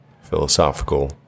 philosophical